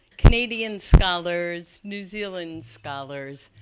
canadian scholars, new zealand scholars,